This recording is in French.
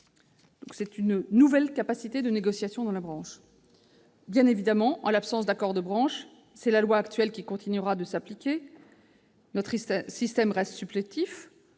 d'une nouvelle capacité de négociation dans la branche. Bien évidemment, en l'absence d'accords de branche, c'est la loi actuelle qui continuera de s'appliquer. Notre système reste supplétif